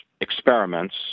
experiments